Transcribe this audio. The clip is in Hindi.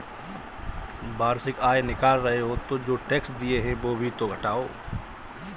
वार्षिक आय निकाल रहे हो तो जो टैक्स दिए हैं वो भी तो घटाओ